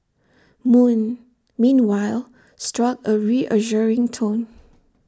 moon meanwhile struck A reassuring tone